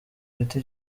mfite